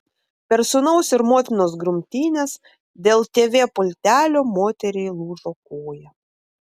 per sūnaus ir motinos grumtynes dėl tv pultelio moteriai lūžo koja